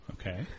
Okay